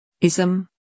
Ism